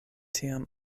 tiam